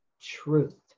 truth